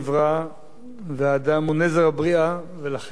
והאדם הוא נזר הבריאה, ולכן הכול צריך להימדד